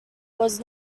was